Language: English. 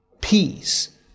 peace